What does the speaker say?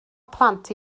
plant